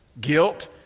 guilt